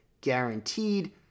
guaranteed